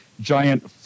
giant